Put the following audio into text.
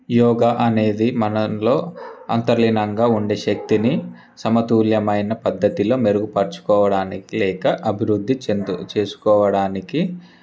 యోగ అనేది మనలో అంతర్లీనంగా ఉండే శక్తిని సమతుల్యమైన పద్ధతిలో మెరుగుపరుచుకోవడానికి లేదా అభివృద్ధి చెందు చేసుకోవడానికి